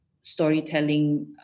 storytelling